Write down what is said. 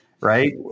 Right